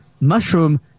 mushroom